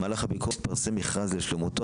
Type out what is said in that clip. במהלך הביקורת התפרסם מכרז לשלמותו.